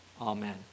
amen